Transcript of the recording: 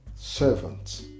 servants